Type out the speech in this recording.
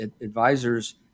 advisors